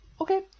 okay